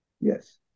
Yes